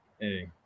Hey